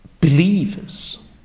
believers